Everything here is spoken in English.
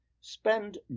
spend